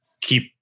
keep